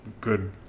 good